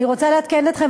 אני רוצה לעדכן אתכם,